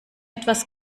etwas